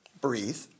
Breathe